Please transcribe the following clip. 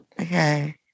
Okay